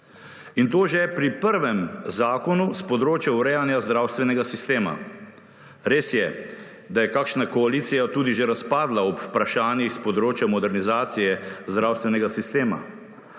In to že pri prvem zakonu s področja urejanja zdravstvenega sistema. Res je, da je kakšna koalicija tudi že razpadla ob vprašanjih s področja modernizacije zdravstvenega sistema.